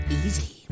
easy